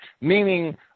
meaning